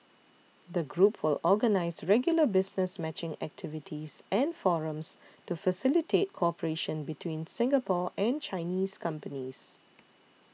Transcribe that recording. the group will organise regular business matching activities and forums to facilitate cooperation between Singapore and Chinese companies